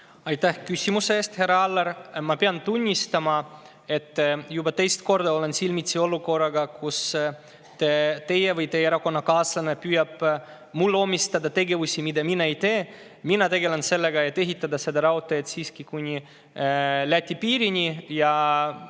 Aitäh küsimuse eest, härra Aller! Ma pean tunnistama, et juba teist korda olen silmitsi olukorraga, kus teie püüate või teie erakonnakaaslane püüab mulle omistada tegevusi, mida mina ei tee. Mina tegelen sellega, et ehitada see raudtee siiski kuni Läti piirini.